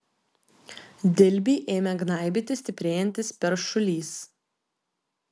dilbį ėmė gnaibyti stiprėjantis peršulys